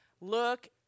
Look